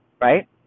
right